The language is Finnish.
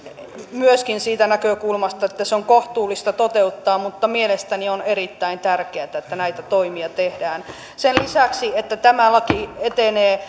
myöskin siitä näkökulmasta onko se kohtuullista toteuttaa mutta mielestäni on erittäin tärkeätä että näitä toimia tehdään sen lisäksi että tämä laki etenee